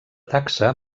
taxa